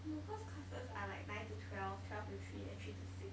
no cause classes are like nine to twelve twelve to three then three to six